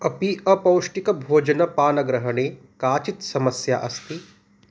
अपि अपौष्टिकभोजनपानग्रहणे काचित् समस्या अस्ति